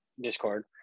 discord